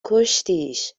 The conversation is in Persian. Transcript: کشتیش